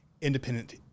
independent